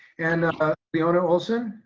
and leona olson,